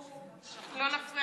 לא נפריע,